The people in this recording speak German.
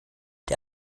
der